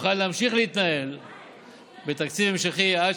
יוכל להמשיך להתנהל בתקציב המשכי עד